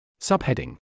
Subheading